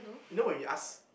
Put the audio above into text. you know when you ask